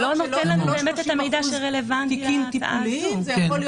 זה לא נותן לנו באמת את המידע שרלוונטי להצעה הזו.